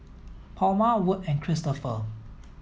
Palma Wirt and Christoper